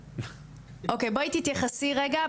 אוקי, בואי תתייחסי רגע.